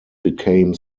became